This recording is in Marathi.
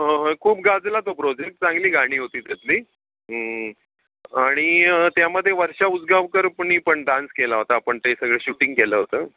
हो होय खूप गाजला तो प्रोजेक्ट चांगली गाणी होती त्यातली आणि त्यामध्ये वर्षा उजगावकरनी पण डान्स केला होता आपण ते सगळं शूटिंग केलं होतं